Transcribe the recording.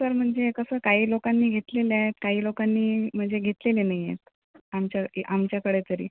sir म्हणजे कसं काही लोकांनी घेतलेले आहे काही लोकांनी म्हणजे घेतलेले नाही आहेत आमच्या आमच्याकडे तरी